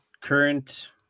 current